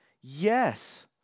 Yes